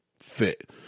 fit